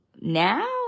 now